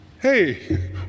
hey